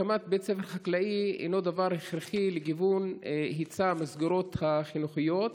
הקמת בית ספר חקלאי הינו דבר הכרחי לגיוון היצע המסגרות החינוכיות,